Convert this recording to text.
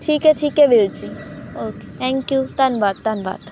ਠੀਕ ਹੈ ਠੀਕ ਹੈ ਵੀਰ ਜੀ ਓਕੇ ਥੈਂਕ ਯੂ ਧੰਨਵਾਦ ਧੰਨਵਾਦ